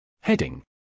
Heading